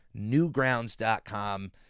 newgrounds.com